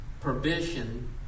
prohibition